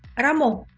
ramo